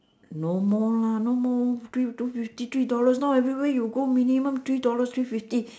no more lah no more three two fifty three dollars now everywhere you go minimum three dollars three fifty